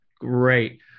Great